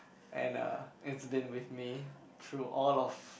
and uh it's been with me through all of